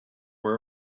were